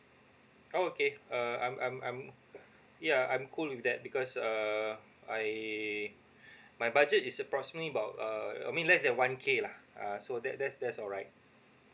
okay uh I'm I'm I'm yeah I'm cool with that because uh I my budget is approximately about uh I mean less than one K lah ah so that that's that's all right